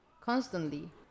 constantly